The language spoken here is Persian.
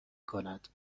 کند